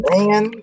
Man